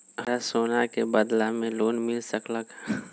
हमरा सोना के बदला में लोन मिल सकलक ह?